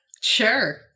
sure